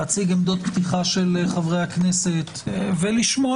להציג עמדות פתיחה של חברי הכנסת ולשמוע